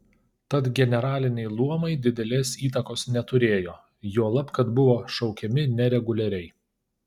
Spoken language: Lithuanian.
tad generaliniai luomai didelės įtakos neturėjo juolab kad buvo šaukiami nereguliariai